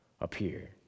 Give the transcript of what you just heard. appear